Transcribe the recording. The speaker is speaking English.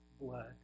blood